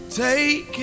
take